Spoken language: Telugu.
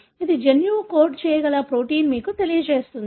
ఇది జన్యువు కోడ్ చేయగల ప్రోటీన్ను మీకు తెలియజేస్తుంది